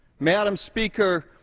madam speaker,